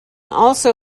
also